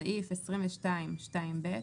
בסעיף 22(2ב),